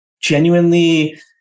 genuinely